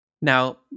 now